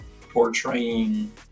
portraying